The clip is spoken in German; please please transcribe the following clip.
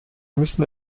müssen